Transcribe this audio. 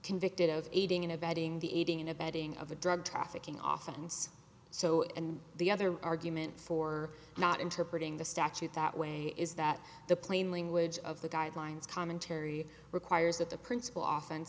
convicted of aiding and abetting the aiding and abetting of a drug trafficking often says so and the other argument for not interpreting the statute that way is that the plain language of the guidelines commentary requires that the principal often